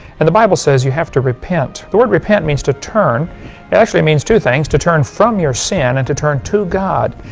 and the bible says you have to repent. the word repent means to turn, it actually means two things, to turn from your sin and to turn to god.